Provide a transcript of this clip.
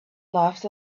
laughed